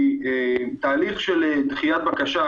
תהליך של דחיית בקשה,